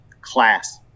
class